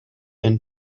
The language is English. and